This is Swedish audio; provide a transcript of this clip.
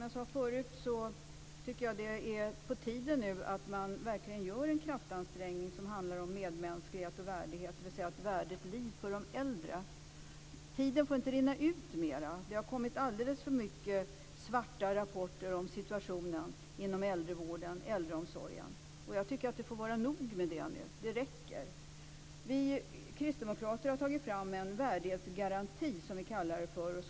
Herr talman! Det är på tiden att det görs en kraftansträngning rörande medmänsklighet och värdighet, dvs. ett värdigt liv för de äldre. Tiden har runnit ut. Det har kommit alldeles för många svarta rapporter om situationen inom äldrevården och äldreomsorgen. Det får vara nog nu. Det räcker. Vi kristdemokrater har tagit fram ett förslag till värdighetsgaranti.